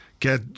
Get